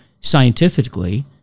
scientifically